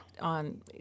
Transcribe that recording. on